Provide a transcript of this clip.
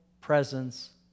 presence